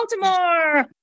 Baltimore